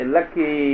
Lucky